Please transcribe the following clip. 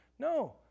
No